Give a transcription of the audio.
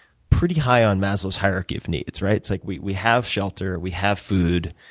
pretty high on maslow's hierarchy of needs, right? it's like we we have shelter, we have food.